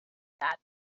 that